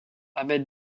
ahmed